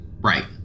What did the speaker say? Right